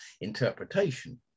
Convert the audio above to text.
interpretation